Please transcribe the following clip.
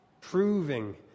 proving